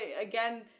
again